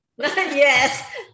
Yes